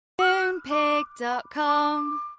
Moonpig.com